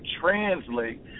translate